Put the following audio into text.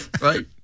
right